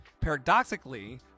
paradoxically